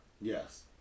Yes